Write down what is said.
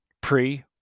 pre